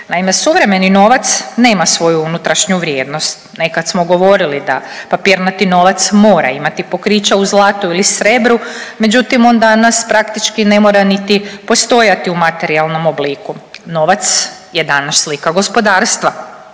Naime, suvremeni novac nema svoju unutrašnju vrijednost. Nekad smo govorili da papirnati novac mora imati pokriće u zlatu ili srebru, međutim, on danas praktički ne mora niti postojati u materijalnom obliku. Novac je danas slika gospodarstva.